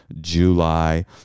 July